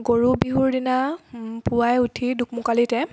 গৰুবিহুৰ দিনা পুৱাই উঠি দোকমোকালিতে